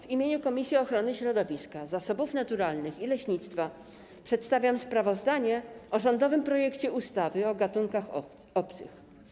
W imieniu Komisji Ochrony Środowiska, Zasobów Naturalnych i Leśnictwa przedstawiam sprawozdanie o rządowym projekcie ustawy o gatunkach obcych.